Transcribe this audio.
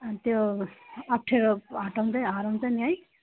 त्यो अफ्ठ्यारो हटाउँदै हराउँछ नि है